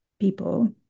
people